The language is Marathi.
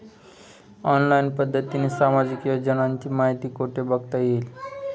ऑनलाईन पद्धतीने सामाजिक योजनांची माहिती कुठे बघता येईल?